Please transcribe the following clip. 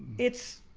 it's,